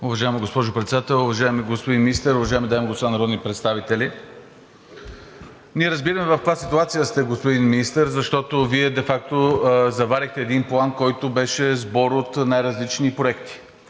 Уважаема госпожо Председател, уважаеми господин Министър, уважаеми дами и господа народни представители! Ние разбираме в каква ситуация сте, господин Министър, защото Вие де факто заварихте един план, който беше сбор от най-различни проекти.